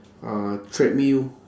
uh treadmill